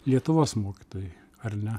lietuvos mokytojai ar ne